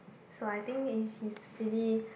so I think is he's pretty